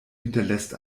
hinterlässt